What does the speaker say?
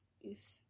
use